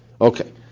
Okay